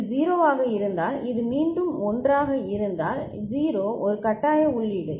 இது 0 ஆக இருந்தால் இது மீண்டும் 1 ஆக இருந்தால் 0 ஒரு கட்டாய உள்ளீடு